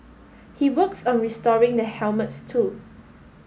he works on restoring the helmets too